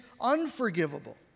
unforgivable